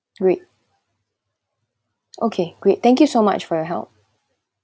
great okay great thank you so much for your help